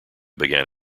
began